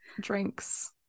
drinks